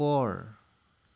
ওপৰ